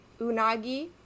unagi